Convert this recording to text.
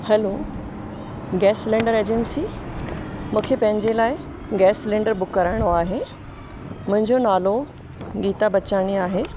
हलो gas cylinder agency मूंखे पंहिंजे लाइ गैस सिलिण्डर बुक कराइणो आहे मुंहिंजो नालो नीता बचवानी आहे